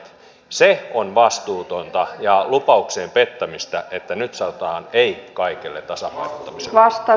se on vastuutonta ja lupauksien pettämistä että nyt sanotaan ei kaikelle tasapainottamiselle